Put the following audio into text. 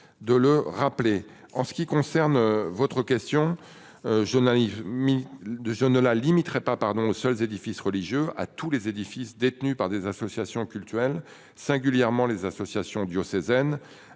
de le rappeler en ce qui concerne votre question. Je naïve 1000 de jeunes là limiterai pas pardon aux seuls édifices religieux à tous les édifices détenus par des associations cultuelles singulièrement les associations diocésaines